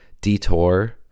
detour